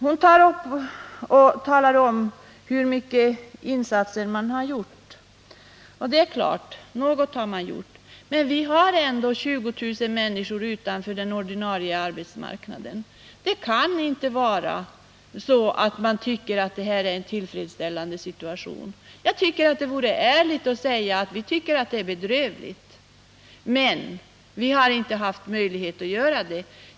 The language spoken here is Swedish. Hon talar om hur många insatser man har gjort. Och det är klart att man gjort något. Men vi har ändå 20 000 människor som står utanför den ordinarie arbetsmarknaden. Man kan inte mena att det är en tillfredsställande situation. Jag anser att det vore ärligt att säga att vi tycker att det är bedrövligt, men vi har inte haft möjlighet att göra någonting åt det.